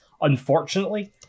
Unfortunately